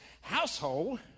household